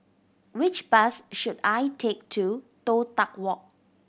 which bus should I take to Toh Tuck Walk